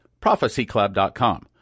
prophecyclub.com